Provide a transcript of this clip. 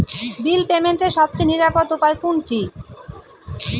বিল পেমেন্টের সবচেয়ে নিরাপদ উপায় কোনটি?